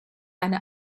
eine